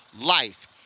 life